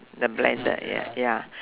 and the blender y~ ya